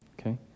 Okay